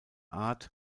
art